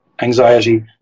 anxiety